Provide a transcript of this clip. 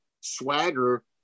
swagger